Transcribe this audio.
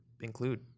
include